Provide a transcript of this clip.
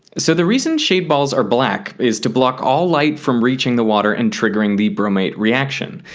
so the reason shade balls are black is to block all light from reaching the water and triggering the bromate reaction.